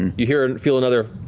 and you hear and feel another